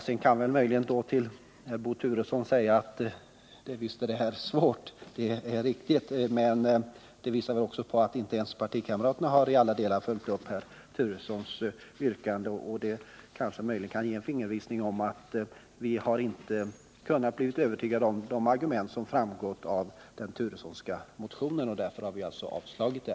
Sedan kan jag till Bo Turesson säga att visst är det riktigt att det här är svårt. Det visar kanske det faktum att inte ens herr Turessons partikamrater i alla delar har följt upp herr Turessons yrkanden. Det kanske möjligen kan ge en fingervisning om att vi inte kunnat bli övertygade av de argument som framkommit i den Turessonska motionen. Därför har vi avstyrkt den.